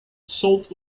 salt